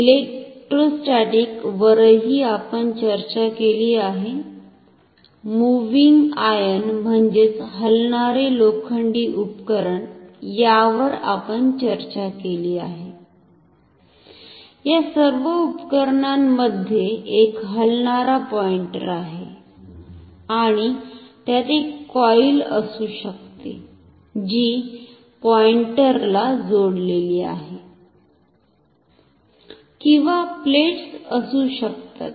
electrostatic वरही आपण चर्चा केली आहे मुव्हिंग आयर्न म्हणजेच हलणारे लोखंडी उपकरण यावर आपण चर्चा केली आहे या सर्व उपकरणांमध्ये एक हलणारा पॉईंटर आहे आणि त्यात कॉईल असू शकते जी पॉईंटरला जोडलेली आहे किंवा प्लेट्स असू शकतात